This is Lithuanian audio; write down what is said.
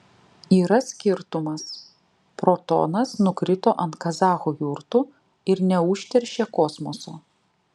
yra skirtumas protonas nukrito ant kazachų jurtų ir neužteršė kosmoso